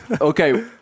okay